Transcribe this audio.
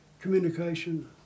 communication